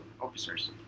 officers